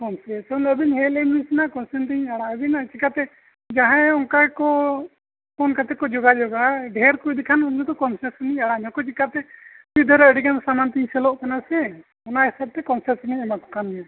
concession ᱫᱚ ᱟᱹᱵᱤᱱ ᱦᱮᱡ ᱞᱮᱱ ᱵᱮᱥᱤᱱ ᱱᱟᱦᱟᱜ ᱠᱚᱱᱥᱮᱥᱚᱱ ᱫᱚᱧ ᱟᱲᱟᱜ ᱟᱹᱵᱤᱱᱟ ᱪᱤᱠᱟᱹᱛᱮ ᱡᱟᱦᱟᱸᱭ ᱚᱱᱠᱟ ᱜᱮᱠᱚ ᱯᱷᱳᱱ ᱠᱟᱛᱮᱫ ᱠᱚ ᱡᱳᱜᱟᱡᱳᱜᱽᱼᱟ ᱡᱟᱦᱟᱸᱭ ᱰᱷᱮᱹᱨ ᱠᱚ ᱤᱫᱤ ᱠᱷᱟᱱ ᱩᱱᱠᱩ ᱠᱚᱱᱥᱮᱥᱚᱱ ᱤᱧ ᱟᱲᱟᱜ ᱧᱚᱜ ᱟᱠᱚᱣᱟ ᱪᱤᱠᱟᱹᱛᱮ ᱢᱤᱫ ᱫᱷᱟᱹᱣ ᱨᱮ ᱟᱹᱰᱤ ᱜᱟᱱ ᱥᱟᱢᱟᱱ ᱛᱤᱧ ᱥᱮᱥᱚᱞᱚᱜ ᱠᱟᱱᱟ ᱥᱮ ᱚᱱᱟ ᱦᱤᱥᱟᱹᱵᱛᱮ ᱠᱚᱱᱥᱮᱥᱚᱱ ᱤᱧ ᱮᱢᱟ ᱠᱚ ᱠᱟᱱ ᱜᱮᱭᱟ